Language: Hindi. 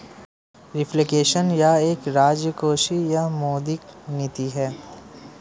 रिफ्लेक्शन यह एक राजकोषीय या मौद्रिक नीति है